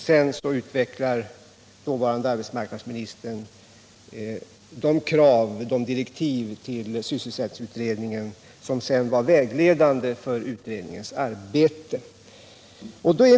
Sedan utvecklar dåvarande arbetsmarknadsministern de direktiv till sysselsättningsutredningen som sedan var vägledande för utredningens arbete.